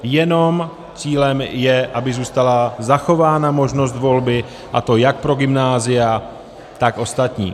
Jenom cílem je, aby zůstala zachována možnost volby, a to jak pro gymnázia, tak pro ostatní.